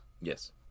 yes